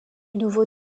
nouveau